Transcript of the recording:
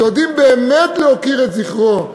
שיודעים באמת להוקיר את זכרו,